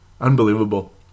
Unbelievable